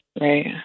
right